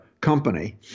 company